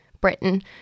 Britain